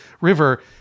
river